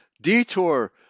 detour